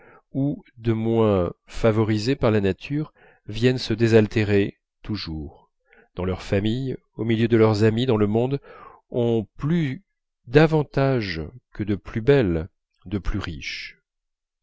où de moins favorisés par la nature viennent se désaltérer toujours dans leur famille au milieu de leurs amies dans le monde ont plu davantage que de plus belles de plus riches